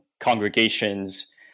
congregations